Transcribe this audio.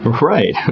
Right